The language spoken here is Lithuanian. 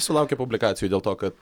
sulaukė publikacijų dėl to kad